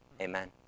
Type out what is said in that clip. Amen